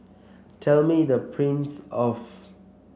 tell me the prince of